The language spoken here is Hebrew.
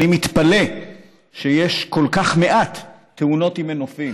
אני מתפלא שיש כל כך מעט תאונות מנופים